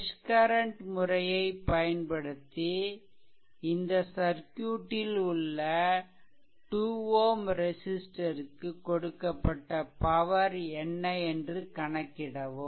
mesh current முறையை பயன்படுத்தி இந்த சர்க்யூட்டில் உள்ள 2 Ω ரெசிஷ்ட்டர்க்கு கொடுக்கப்பட்ட பவர் என்ன என்று கணக்கிடவும்